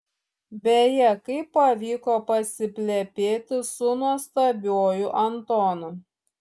beje kaip pavyko pasiplepėti su nuostabiuoju antonu